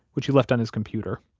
which he left on his computer.